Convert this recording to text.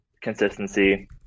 Consistency